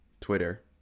Twitter